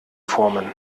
formen